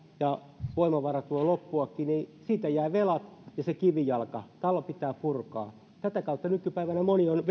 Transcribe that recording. ja voimavarat voivat loppuakin ja siitä jäävät velat ja se kivijalka talo pitää purkaa tätä kautta nykypäivänä moni on